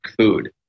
food